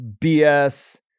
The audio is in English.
BS